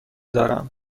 دارم